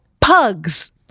Pugs